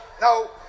no